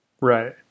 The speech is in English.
Right